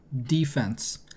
defense